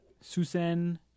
Susan